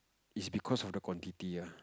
it's because of the quantity ah